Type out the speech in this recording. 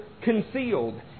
concealed